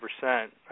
percent